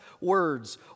words